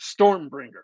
Stormbringer